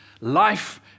life